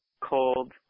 cold